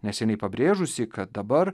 neseniai pabrėžusį kad dabar